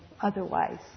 otherwise